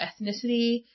ethnicity